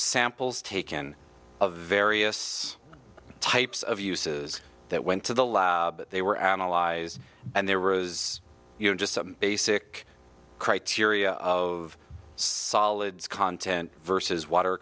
samples taken of various types of uses that went to the lab they were analyzed and there was you know just some basic criteria of solids content versus water